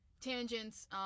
tangents